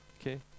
okay